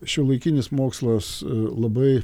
šiuolaikinis mokslas labai